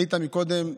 עלית קודם,